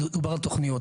מדובר על תוכניות.